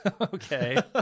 Okay